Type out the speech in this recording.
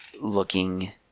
looking